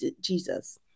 Jesus